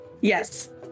Yes